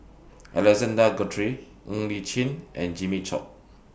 Alexander Guthrie Ng Li Chin and Jimmy Chok